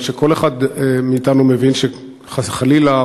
כי כל אחד מאתנו מבין שחס וחלילה,